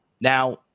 Now